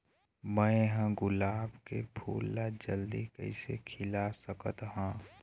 मैं ह गुलाब के फूल ला जल्दी कइसे खिला सकथ हा?